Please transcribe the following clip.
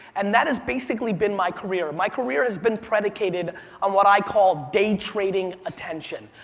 and that is basically been my career. my career has been predicated on what i call, day trading attention.